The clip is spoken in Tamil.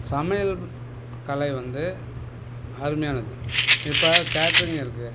சமையல் கலை வந்து அருமையானது இப்போ கேட்ரிங் இருக்குது